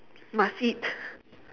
must eat